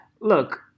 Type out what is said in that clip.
look